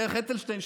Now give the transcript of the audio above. דרך אטלשטיין,